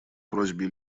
просьбе